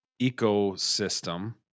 ecosystem